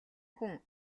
хүн